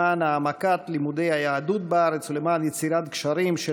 למען העמקת לימודי היהדות בארץ ולמען יצירת גשרים של